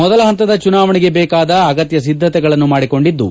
ಮೊದಲ ಪಂತದ ಚುನಾವಣೆಗೆ ದೇಕಾದ ಅಗತ್ಯ ಸಿದ್ದತೆಗಳನ್ನು ಮಾಡಿಕೊಂಡಿದ್ದು